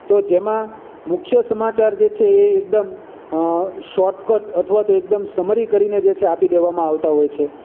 તો જેમાં મુખ્ય સમાચાર જે છે એ એકદમ શોટકટ અથવા તો એકદમ સમરી કરીને જે છે આપી દેવામાં આવતા હોય છે